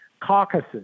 caucuses